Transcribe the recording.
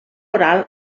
oral